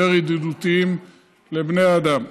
יותר ידידותיים לבני האדם.